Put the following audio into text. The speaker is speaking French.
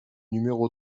numéro